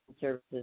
services